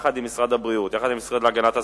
אלא יחד עם משרד הבריאות ויחד עם המשרד להגנת הסביבה,